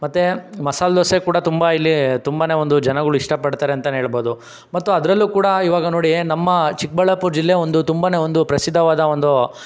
ಮತ್ತೆ ಮಸಾಲೆ ದೋಸೆ ಕೂಡ ತುಂಬ ಇಲ್ಲಿ ತುಂಬನೆ ಒಂದು ಜನಗಳು ಇಷ್ಟ ಪಡ್ತಾರೆ ಅಂತಲೇ ಹೇಳ್ಬೋದು ಮತ್ತು ಅದರಲ್ಲು ಕೂಡ ಇವಾಗ ನೋಡಿ ನಮ್ಮ ಚಿಕ್ಕಬಳ್ಳಾಪುರ ಜಿಲ್ಲೆ ಒಂದು ತುಂಬನೆ ಒಂದು ಪ್ರಸಿದ್ದವಾದ ಒಂದು